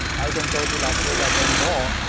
i don't go to las vegas anymore.